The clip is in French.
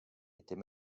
était